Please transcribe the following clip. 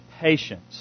patience